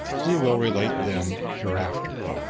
we will relate them hereafter.